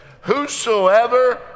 Whosoever